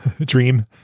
Dream